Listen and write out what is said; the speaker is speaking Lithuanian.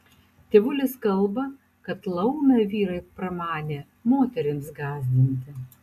tėvulis kalba kad laumę vyrai pramanė moterims gąsdinti